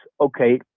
okay